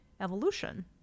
evolution